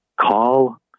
call